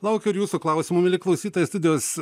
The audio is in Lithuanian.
laukiu ir jūsų klausimų mieli klausytojai studijos